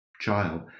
child